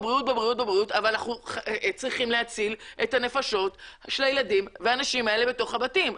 אבל אנחנו צריכים להציל את הנפשות של הילדים והנשים האלה בתוך הבתים.